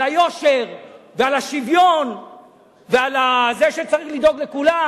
על היושר ועל השוויון ועל זה שצריך לדאוג לכולם,